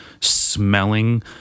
smelling